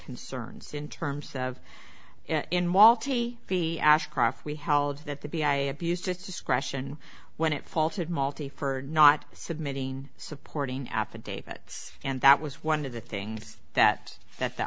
concerns in terms of in malti the ashcroft we held that the b i abused its discretion when it faulted malty for not submitting supporting affidavits and that was one of the things that that the